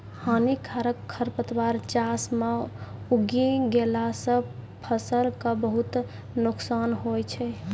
हानिकारक खरपतवार चास मॅ उगी गेला सा फसल कॅ बहुत नुकसान होय छै